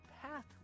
path